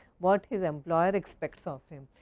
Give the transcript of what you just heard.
what his employer expects of him.